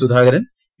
Sudhakaran P